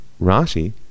Rashi